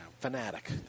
Fanatic